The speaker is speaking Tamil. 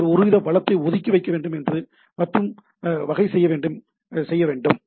சிலர் ஒருவித வளத்தை ஒதுக்கி வைக்க வேண்டும் மற்றும் வகை செய்ய வேண்டும்